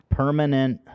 permanent